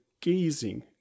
gazing